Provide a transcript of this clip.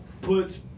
Puts